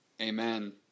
Amen